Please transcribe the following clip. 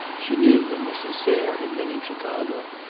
she knew that mrs. sayre had been in chicago,